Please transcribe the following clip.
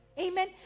Amen